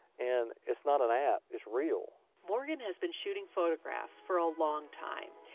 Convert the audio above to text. and it's not an app. it's real. morgan has been shooting photographs for a long time.